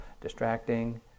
distracting